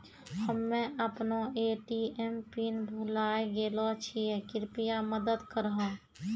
हम्मे अपनो ATM PIN भुलाय गेलो छियै, कृपया मदत करहो